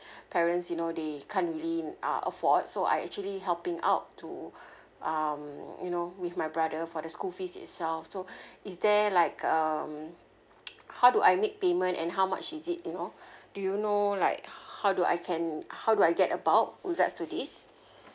parents you know they can't really uh afford so I actually helping out to um you know with my brother for the school fees itself so is there like um how do I make payment and how much is it you know do you know like how do I can how do I get about regards to this